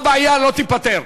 הבעיה לא תיפתר.